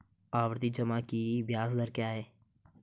आवर्ती जमा की ब्याज दर क्या है?